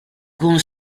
con